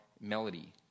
melody